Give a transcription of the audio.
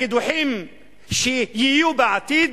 לקידוחים שיהיו בעתיד,